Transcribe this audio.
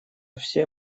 все